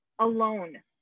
alone